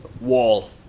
wall